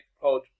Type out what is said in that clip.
pod